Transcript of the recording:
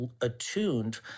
attuned